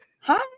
Hi